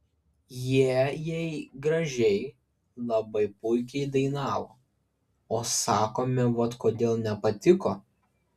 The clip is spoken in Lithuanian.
jie jei gražiai labai puikiai dainavo o sakome vat kodėl nepatiko